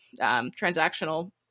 transactional